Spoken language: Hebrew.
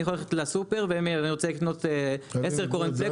אני יכול ללכת לסופר ואומר אני רוצה אני רוצה לקנת 10 קורנפלקס,